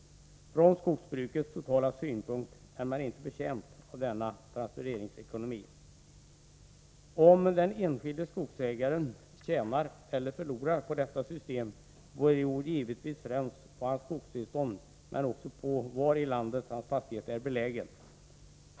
Skogsbruket totalt sett är inte betjänt av denna transfereringsekonomi. Om den enskilde skogsägaren tjänar eller förlorar på detta system beror givetvis främst på hans skogstillstånd men också på var i landet hans fastighet är belägen.